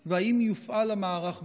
6. האם הוא יופעל בקיץ?